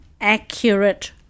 accurate